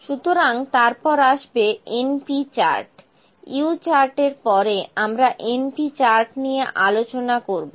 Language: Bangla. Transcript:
সুতরাং তারপর আসবে np চার্ট U চার্টের পরে আমরা np চার্ট নিয়ে আলোচনা করবো